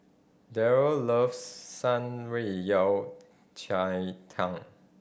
Darryn loves Shan Rui Yao Cai Tang